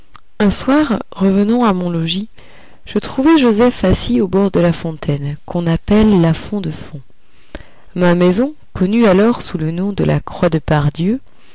un soir revenant à mon logis je trouvai joseph assis au bord de la fontaine qu'on appelle la font de fond ma maison connue alors sous le nom de la croix